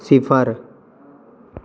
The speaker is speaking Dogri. सिफर